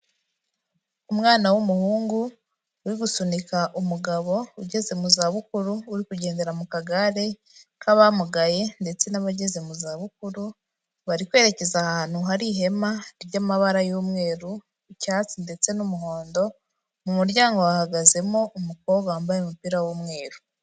Umwana w'umuhungu uri gusunika umugabo ugeze mu za bukuru, uri kugendera mu kagare k'abamugaye, ndetse n'abageze mu za bukuru, bari kwerekeza ahantu hari ihema ryamabara y'umweru, icyatsi, ndetse n'umuhondo, mu muryango hahagazemo umukobwa wambaye umupira w'umweru.